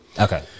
Okay